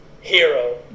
hero